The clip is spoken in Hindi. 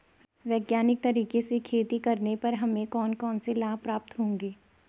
वैज्ञानिक तरीके से खेती करने पर हमें कौन कौन से लाभ प्राप्त होंगे?